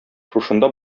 шушында